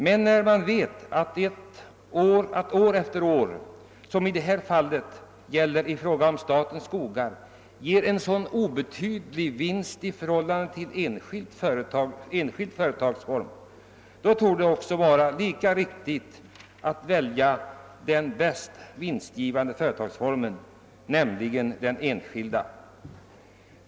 Men när man vet att statens skogar — som i dessa fall år efter år ger en sådan obetydlig vinst i förhållande till de enskilda skogarna torde det vara lika viktigt att välja den mest vinstgivande företagsformen, alltså den enskilda.